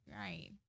Right